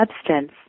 substance